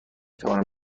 توانم